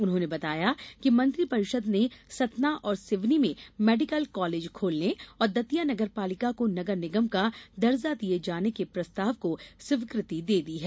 उन्होंने बताया कि मंत्रिपरिषद ने सतना और सिवनी में मेडीकल कालेज खोलने और दतिया नगर पालिका को नगर निगम का दर्जा दिये जाने के प्रस्ताव को स्वीकृति दे दी है